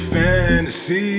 fantasy